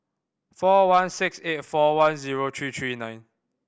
four one six eight four one zero three three nine